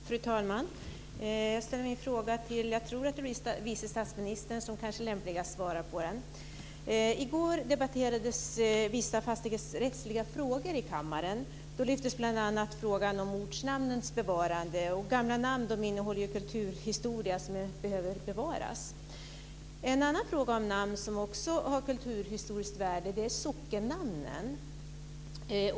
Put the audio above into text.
Fru talman! Jag tror att det är vice statsministern som lämpligast svarar på min fråga. I går debatterades vissa fastighetsrättsliga frågor i kammaren. Då lyftes bl.a. frågan om ortnamnens bevarande fram. Gamla namn innehåller kulturhistoria som behöver bevaras. En annan fråga om namn som har kulturhistoriskt värde är frågan om sockennamnen.